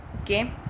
Okay